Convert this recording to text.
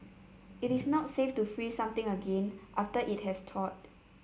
it is not safe to freeze something again after it has thawed